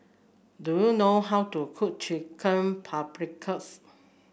do you know how to cook Chicken Paprikas